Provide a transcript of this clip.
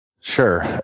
Sure